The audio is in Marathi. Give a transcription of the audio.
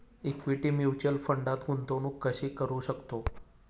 इक्विटी म्युच्युअल फंडात गुंतवणूक कशी करू शकतो?